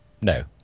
No